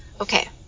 Okay